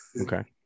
Okay